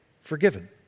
forgiven